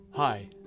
Hi